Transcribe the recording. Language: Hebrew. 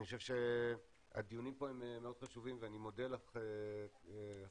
אני חושב שהדיונים פה מאוד חשובים ואני מודה לך ח"כ קאבלה